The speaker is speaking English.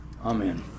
Amen